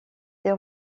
ses